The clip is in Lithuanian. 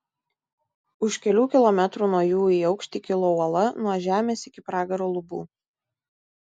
už kelių kilometrų nuo jų į aukštį kilo uola nuo žemės iki pragaro lubų